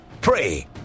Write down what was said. pray